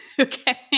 okay